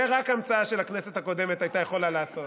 זה רק המצאה שהכנסת הקודמת הייתה יכולה לעשות.